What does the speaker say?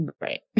Right